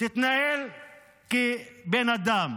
תתנהל כבן אדם.